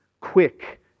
quick